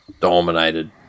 dominated